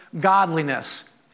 godliness